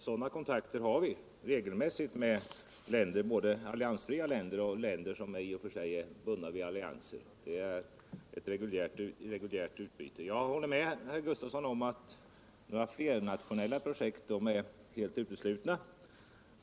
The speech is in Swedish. Sådana här kontakter har vi regelmässigt både med alliansfria länder och med länder som är bundna av allianser. Jag håller med herr Gustavsson om att flernationella projekt är helt uteslutna.